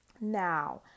now